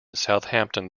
southampton